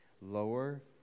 Lower